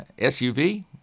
SUV